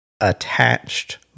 attached